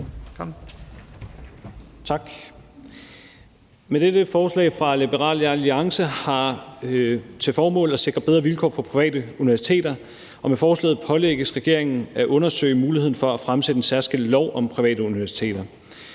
Tak. Dette beslutningsforslag fra Liberal Alliance har til formål at sikre bedre vilkår for private universiteter, og med forslaget pålægges regeringen at undersøge muligheden for at fremsætte et særskilt lovforslag om private universiteter.